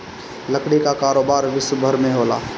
लकड़ी कअ कारोबार विश्वभर में होला